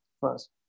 first